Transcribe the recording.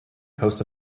coast